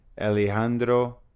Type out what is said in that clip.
alejandro